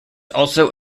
also